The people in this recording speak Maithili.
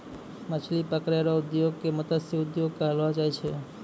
मछली पकड़ै रो उद्योग के मतस्य उद्योग कहलो जाय छै